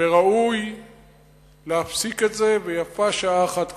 וראוי להפסיק את זה, ויפה שעה אחת קודם.